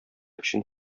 өчен